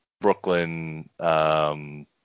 Brooklyn